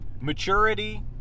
maturity